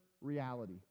reality